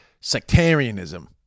sectarianism